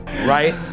Right